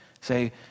Say